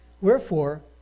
wherefore